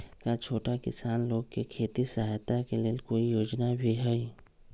का छोटा किसान लोग के खेती सहायता के लेंल कोई योजना भी हई?